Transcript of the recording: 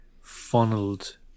funneled